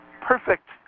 perfect